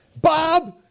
Bob